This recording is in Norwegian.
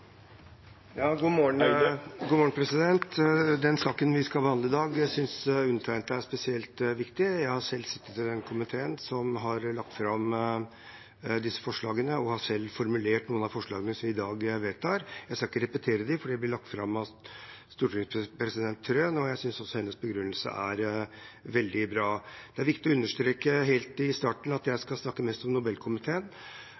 Den saken vi behandler i dag, synes undertegnede er spesielt viktig. Jeg har selv sittet i den komiteen som har lagt fram disse forslagene, og har selv formulert noen av forslagene som vi i dag vedtar. Jeg skal ikke repetere dem, for de ble lagt fram av stortingspresident Wilhelmsen Trøen, og jeg synes også hennes begrunnelse var veldig bra. Det er viktig å understreke helt i starten at jeg